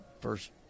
first